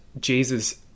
Jesus